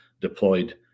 deployed